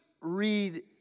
read